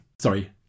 Sorry